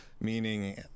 meaning